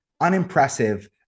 unimpressive